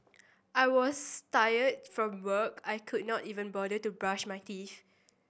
I was tired from work I could not even bother to brush my teeth